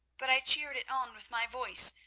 but i cheered it on with my voice,